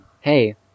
hey